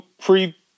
pre